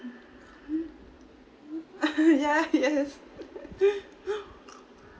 hmm mm yeah yes